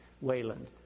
Wayland